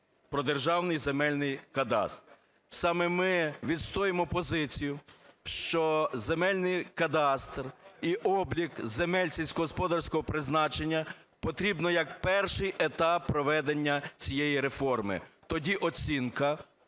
Державний земельний кадастр.